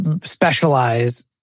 specialize